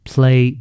Play